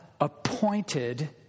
appointed